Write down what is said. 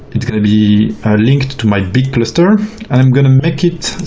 it's going to be linked to my big cluster and i'm going to make it